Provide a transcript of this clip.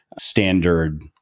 standard